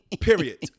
Period